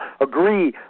agree